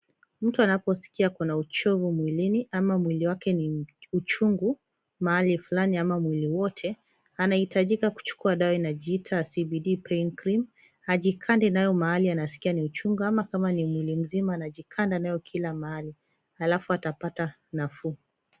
Mtu anaposkia ako na uchovu mwilini ama mwili wake ni uchungu mahali fulani ama mwili wote anahitajika kuchukua dawa inajiita CBD Pain Cream, ajikande nayo mahali anaskia ni uchungu ama kama ni mwili mzima anajikanda nayo kila mahali alafu atapata nafuu.